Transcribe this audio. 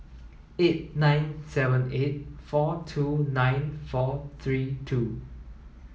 eight nine seven eight four two nine four three two